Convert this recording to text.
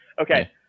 Okay